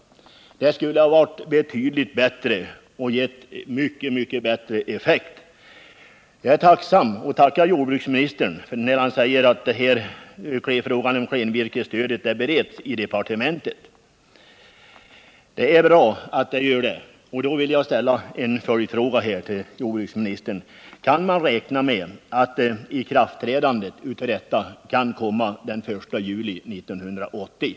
Det skulle ha varit betydligt bättre och givit mycket, mycket bättre effekt, om motionen hade bifallits. Jag tackar jordbruksministern när han säger att frågan om klenvirkesstöd bereds i departementet. Det är bra, och då vill jag ställa en följdfråga till jordbruksministern: Kan man räkna med att ikraftträdandet skall ske den 1 juli 1980?